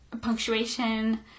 punctuation